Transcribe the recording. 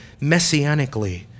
messianically